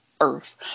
earth